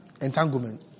Entanglement